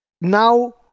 now